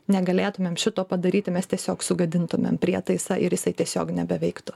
negalėtumėm šito padaryti mes tiesiog sugadintumėm prietaisą ir jisai tiesiog nebeveiktų